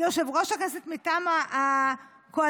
כיושב-ראש הכנסת מטעם הקואליציה,